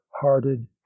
hearted